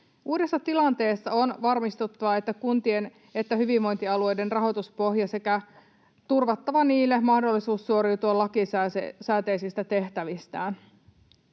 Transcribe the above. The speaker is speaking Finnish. Uudessa tilanteessa on varmistettava sekä kuntien että hyvinvointialueiden rahoituspohja sekä turvattava niille mahdollisuus suoriutua lakisääteisistä tehtävistään.